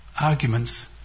arguments